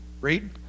Read